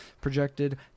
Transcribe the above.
projected